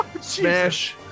Smash